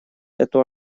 эту